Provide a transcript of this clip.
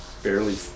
barely